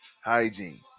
Hygiene